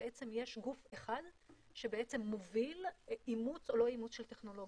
יש גוף אחד שמוביל את אימוץ או לא אימוץ של טכנולוגיות.